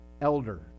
elder